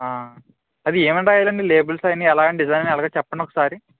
అది ఏమని రాయాలండీ లేబుల్స్ అవన్నీ ఎలాగ డిజైన్స్ ఎలాగ చెప్పండి ఒకసారి